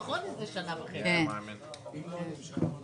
אמרת שלקחתם